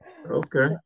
Okay